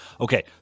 Okay